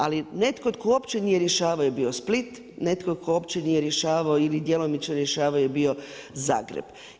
Ali netko tko uopće nije rješavao je bio Split, netko tko uopće nije rješavao ili djelomično rješavao je bio Zagreb.